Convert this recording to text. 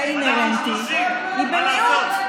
מטבע הדברים ובאופן די אינהרנטי היא במיעוט.